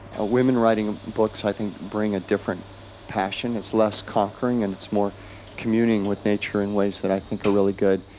ah women writing books, i think, bring a different passion. it's less conquering, and it's more communing with nature in ways that i think are really good,